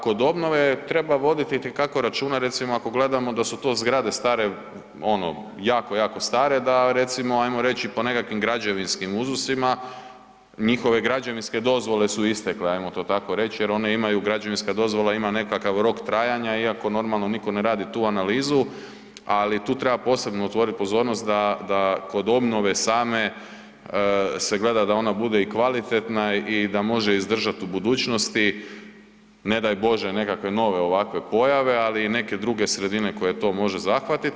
Kod obnove, treba voditi itekako računa, recimo, ako gledamo da su to zgrade stare, ono, jako, jako stare, da recimo, hajmo reći po nekakvim građevinskim uzusima, njihove građevinske dozvole su istekle, hajmo to tako reći jer one imaju, građevinske dozvola ima nekakav rok trajanja iako, normalno, nitko ne radi tu analizu, ali tu treba posebno otvoriti pozornost, da kod obnove same se gleda da ona bude i kvalitetna i da može izdržati u budućnosti, ne daj Bože, nekakve nove ovakve pojave, ali i neke druge sredine koje to može zahvatiti.